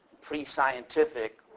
pre-scientific